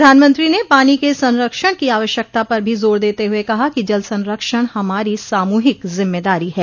प्रधानमत्री ने पानी के संरक्षण की आवश्यकता पर भी जोर देते हुए कहा कि जल संरक्षण हमारी सामूहिक जिम्मेदारी है